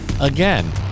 Again